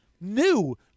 new